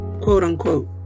quote-unquote